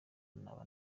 naba